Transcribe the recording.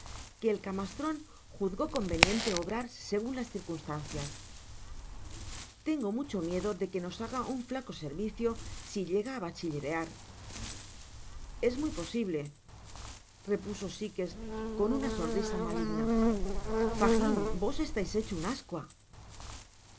que el camastron juzgó conveniente obrar segun las circunstancias tengo mucho miedo de que nos haga un flaco servicio si llega á bachillerear m r es muy posible repuso sikes con una sonrisa maligna fagiu vos estais hecho un ascua v